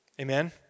Amen